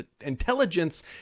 intelligence